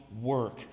work